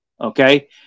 okay